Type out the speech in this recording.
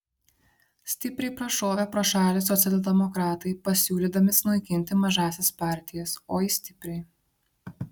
stipriai prašovė pro šalį socialdemokratai pasiūlydami sunaikinti mažąsias partijas oi stipriai